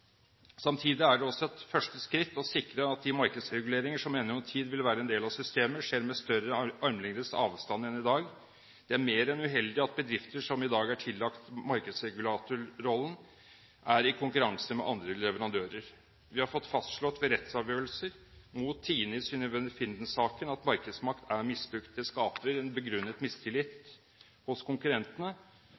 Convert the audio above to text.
Samtidig er det også et første skritt å sikre at de markedsreguleringer som ennå en tid vil være en del av systemet, skjer med større armlengdes avstand enn i dag. Det er mer enn uheldig at bedrifter som i dag er tillagt markedsregulatorrollen, er i konkurranse med andre leverandører. Vi har fått fastslått ved rettsavgjørelser mot TINE i Synnøve Finden-saken at markedsmakt er misbrukt. Det skaper en begrunnet mistillit hos konkurrentene